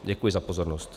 Děkuji za pozornost.